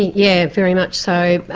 yeah very much so,